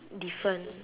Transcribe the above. different